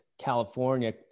California